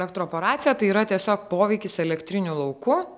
elektroporacija tai yra tiesiog poveikis elektriniu lauku